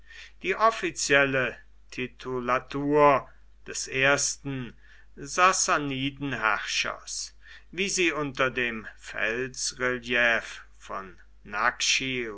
die offizielle titulatur des ersten sassanidenherrschers wie sie unter dem felsrelief von